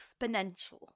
exponential